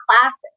classes